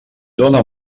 dóna